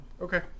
Okay